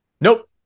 Nope